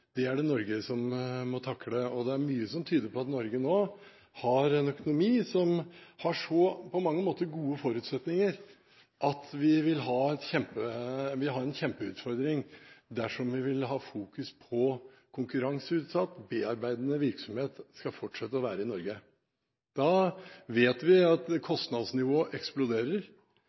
er det Norge som må takle. Det er mye som tyder på at Norge nå har en økonomi som på mange måter har så gode forutsetninger at vi har en kjempeutfordring dersom vi vil ha fokus på at konkurranseutsatt, bearbeidende virksomhet skal fortsette å være i Norge. Da vet vi at kostnadsnivået eksploderer,